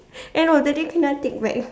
end of the day they cannot take back